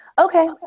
Okay